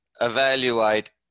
evaluate